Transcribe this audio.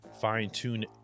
fine-tune